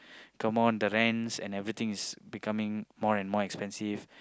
come on the rent's and everything is becoming more and more expensive